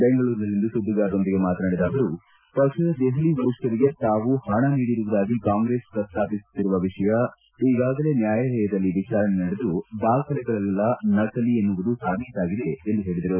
ಬೆಂಗಳೂರಿನಲ್ಲಿಂದು ಸುದ್ದಿಗಾರರೊಂದಿಗೆ ಮಾತನಾಡಿದ ಅವರು ಪಕ್ಷದ ದೆಹಲಿ ವರಿಷ್ಠರಿಗೆ ತಾವು ಹಣ ನೀಡಿರುವುದಾಗಿ ಕಾಂಗ್ರೆಸ್ ಪ್ರಸ್ತಾಪಿಸುತ್ತಿರುವ ವಿಷಯ ಈಗಾಗಲೇ ನ್ಯಾಯಾಲಯದಲ್ಲಿ ವಿಚಾರಣೆ ನಡೆದು ದಾಖಲೆಗಳೆಲ್ಲ ನಕಲಿ ಎನ್ನುವುದು ಸಾಬೀತಾಗಿದೆ ಎಂದು ಹೇಳಿದರು